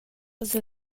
ussa